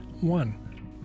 one